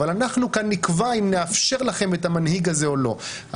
אבל אנחנו כאן נקבע אם נאשר לכם את המנהיג הזה או לא.